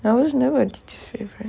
I was never her favourite